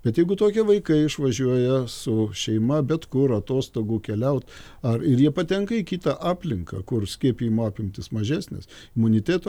bet jeigu tokie vaikai išvažiuoja su šeima bet kur atostogų keliaut ar ir jie patenka į kitą aplinką kur skiepijimo apimtys mažesnės imuniteto